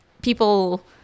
People